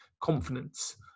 confidence